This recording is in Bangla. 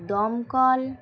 দমকল